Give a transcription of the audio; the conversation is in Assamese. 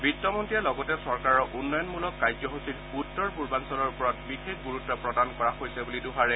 বিত্তমন্তীয়ে লগতে চৰকাৰৰ উন্নয়নমূলক কাৰ্যসূচীত উত্তৰ পূৰ্বাঞ্চলৰ ওপৰত বিশেষ গুৰুত্ প্ৰদান কৰা হৈছে বুলি দোহাৰে